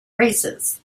races